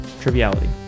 triviality